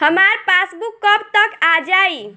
हमार पासबूक कब तक आ जाई?